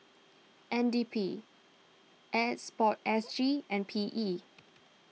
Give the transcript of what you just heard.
N D P S Port S G and P E